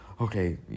okay